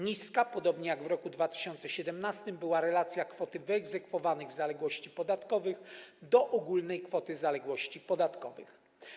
Niska, podobnie jak w roku 2017, była relacja kwoty wyegzekwowanych zaległości podatkowych do ogólnej kwoty zaległości podatkowych.